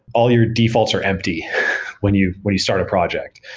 all your defaults are empty when you when you start a project,